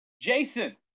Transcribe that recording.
Jason